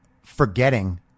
forgetting